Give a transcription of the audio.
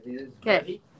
Okay